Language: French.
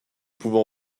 pouvons